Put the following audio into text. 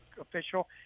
official